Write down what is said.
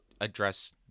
address